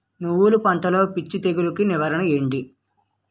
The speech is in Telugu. నువ్వులు పంటలో పిచ్చి తెగులకి నివారణ ఏంటి?